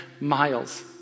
miles